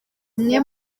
amwe